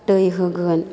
दै होगोन